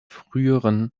früheren